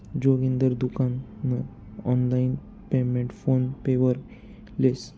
जोगिंदर दुकान नं online payment PhonePe वरी लेस